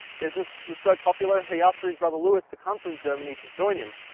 business was so popular he ask for his brother louis to come from germany to join him.